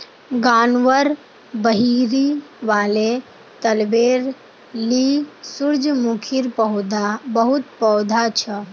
गांउर बहिरी वाले तलबेर ली सूरजमुखीर बहुत पौधा छ